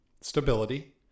stability